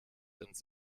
ins